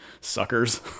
Suckers